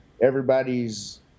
everybody's